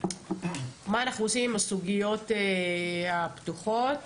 מה אנחנו עושים עם הסוגיות הפתוחות.